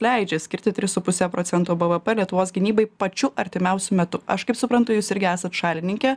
leidžia skirti tris su puse procento bvp lietuvos gynybai pačiu artimiausiu metu aš kaip suprantu jūs irgi esat šalininkė